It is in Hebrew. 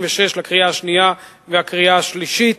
96) לקריאה השנייה ולקריאה השלישית.